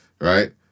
Right